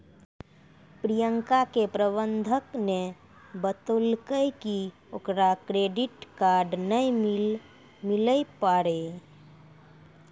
प्रियंका के प्रबंधक ने बतैलकै कि ओकरा क्रेडिट कार्ड नै मिलै पारै